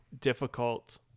Difficult